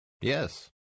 Yes